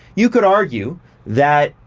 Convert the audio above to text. you could argue that,